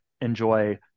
enjoy